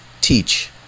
teach